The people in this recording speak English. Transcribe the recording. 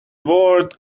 word